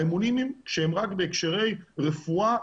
האימונים הם רק בהקשרי רפואה,